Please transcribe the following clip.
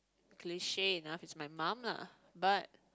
cliche enough is my mum lah but